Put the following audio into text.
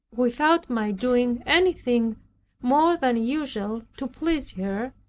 without my doing anything more than usual to please her,